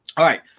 alright,